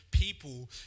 People